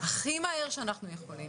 הכי מהר שאנחנו יכולים,